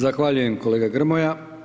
Zahvaljujem kolega Grmoja.